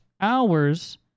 hours